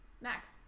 Max